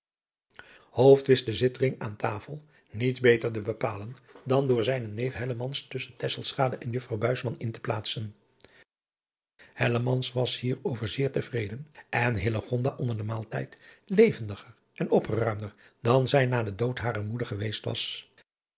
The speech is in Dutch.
den zitreng aan tafel niet beter te bepalen dan door zijnen neef hellemans tusschen tesselschade en juffrouw buisman in te plaatsen hellemans was hier over zeer te adriaan loosjes pzn het leven van hillegonda buisman vreden en hillegonda onder den maaltijd levendiger en opgeruimder dan zij na den dood harer moeder geweest was